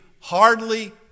hardly